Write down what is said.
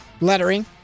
lettering